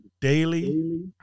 daily